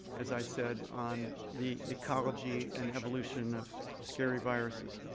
as i said, on the ecology and evolution of scary viruses.